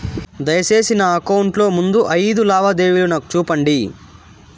దయసేసి నా అకౌంట్ లో ముందు అయిదు లావాదేవీలు నాకు చూపండి